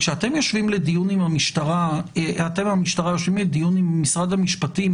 כשאתם המשטרה יושבים לדיון עם משרד המשפטים,